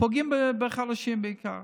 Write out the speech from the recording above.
פוגעים בחלשים בעיקר.